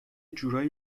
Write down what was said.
جورایی